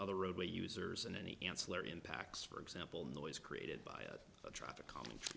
other roadway users and any ancillary impacts for example noise created by a traffic c